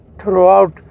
throughout